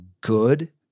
good